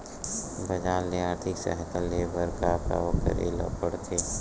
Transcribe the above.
बजार ले आर्थिक सहायता ले बर का का करे ल पड़थे?